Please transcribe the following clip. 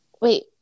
wait